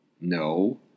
No